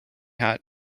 hat